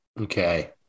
Okay